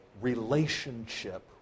relationship